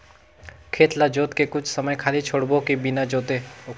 खेत ल जोत के कुछ समय खाली छोड़बो कि बिना जोते?